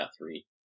three